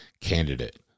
candidate